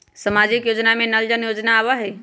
सामाजिक योजना में नल जल योजना आवहई?